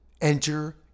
enter